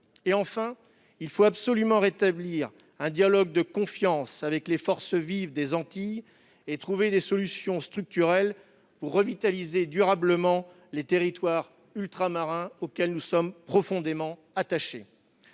ailleurs, il faut absolument rétablir un dialogue de confiance avec les forces vives des Antilles et trouver des solutions structurelles pour revitaliser durablement les territoires ultramarins, auxquels nous sommes profondément attachés.